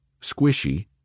squishy